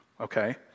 okay